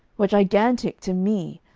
were gigantic to me,